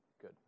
Good